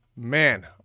Man